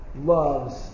loves